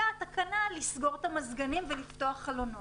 הייתה תקנה לסגור את המזגנים ולפתוח חלונות.